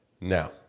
Now